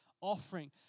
offering